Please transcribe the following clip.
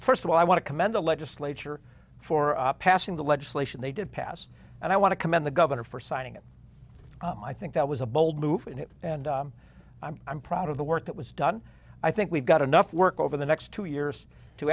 first of all i want to commend the legislature for passing the legislation they did pass and i want to commend the governor for signing it i think that was a bold move and it and i'm proud of the work that was done i think we've got enough work over the next two years to